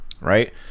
right